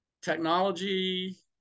Technology